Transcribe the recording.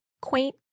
quaint